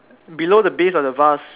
below the base of the vase